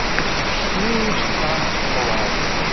it's this huge sonic horizon.